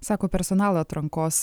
sako personalo atrankos